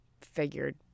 figured